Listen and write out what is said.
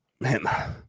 Man